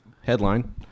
headline